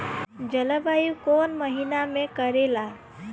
जलवायु कौन महीना में करेला?